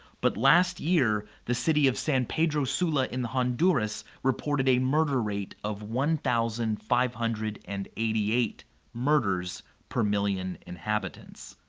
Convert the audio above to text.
but last year, the city of san pedro sula in honduras reported a murder rate of one thousand five hundred and eighty eight murders per million inhabitants.